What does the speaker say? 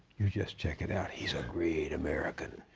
you just check it out. he's a great american.